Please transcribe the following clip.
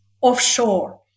offshore